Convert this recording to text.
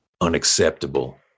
unacceptable